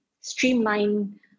streamline